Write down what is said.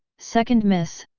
second miss?